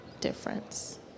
difference